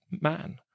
man